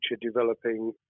developing